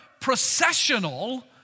processional